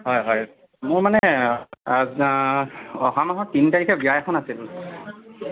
হয় হয় মোৰ মানে অহা মাহত তিনি তাৰিখে বিয়া এখন আছিল